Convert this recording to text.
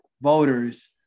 voters